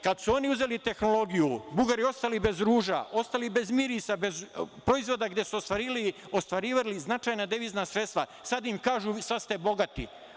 Kada su oni uzeli tehnologiju, Bugari ostali bez ruža, ostali bez mirisa, bez proizvoda gde su ostvarivali značajna devizna sredstva, sad im kažu – sad ste bogati.